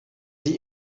sie